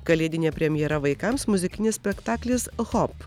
kalėdinė premjera vaikams muzikinis spektaklis hop